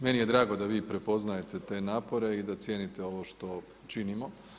Meni je drago da vi prepoznajete te napore i da cijenite ovo što činimo.